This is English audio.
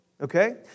okay